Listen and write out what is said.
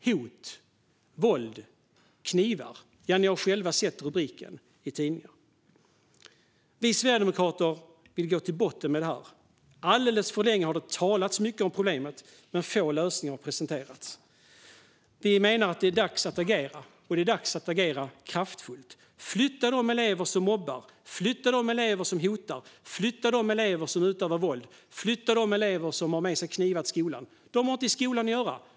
Hot, våld, knivar - ja, ni har själva sett rubrikerna i tidningarna. Vi sverigedemokrater vill gå till botten med detta. Alldeles för länge har det talats mycket om problemet, men få lösningar har presenterats. Vi menar att det är dags att agera, och det kraftfullt. Flytta de elever som mobbar! Flytta de elever som hotar! Flytta de elever som utövar våld! Flytta de elever som har med sig knivar till skolan! De har inte i skolan att göra.